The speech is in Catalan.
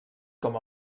com